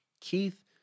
Keith